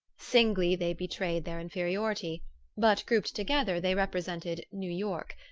singly they betrayed their inferiority but grouped together they represented new york,